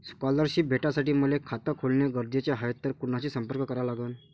Scholarship भेटासाठी मले खात खोलने गरजेचे हाय तर कुणाशी संपर्क करा लागन?